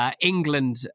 England